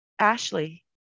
Ashley